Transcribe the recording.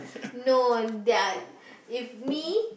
no their if me